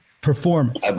performance